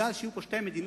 כי יהיו פה שתי מדינות,